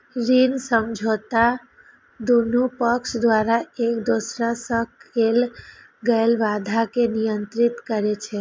ऋण समझौता दुनू पक्ष द्वारा एक दोसरा सं कैल गेल वादा कें नियंत्रित करै छै